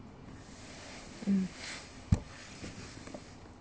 mm